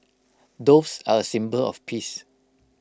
doves are A symbol of peace